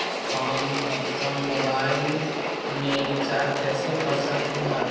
हम अपन मोबाइल में रिचार्ज कैसे कर सकली ह?